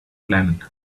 planet